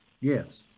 Yes